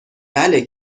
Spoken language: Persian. بله